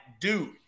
dude